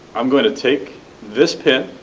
um going to take this pin,